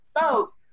spoke